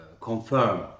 confirm